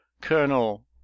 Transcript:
Colonel